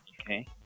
Okay